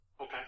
Okay